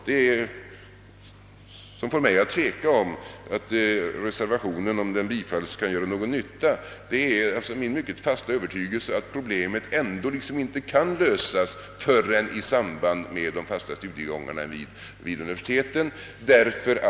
Det som får mig att känna tvekan om huruvida reservationen, därest den bifalles, kan göra någon nytta, är min fasta övertygelse att problemet ändå inte kan lösas förrän i samband med de fasta studiegångarna vid universiteten.